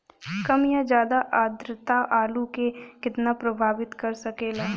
कम या ज्यादा आद्रता आलू के कितना प्रभावित कर सकेला?